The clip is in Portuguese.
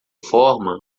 forma